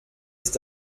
ist